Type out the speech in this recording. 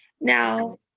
now